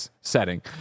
setting